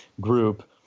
group